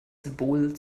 symbol